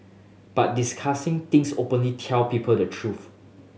but discussing things openly tell people the truth